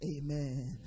Amen